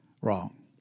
wrong